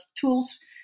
tools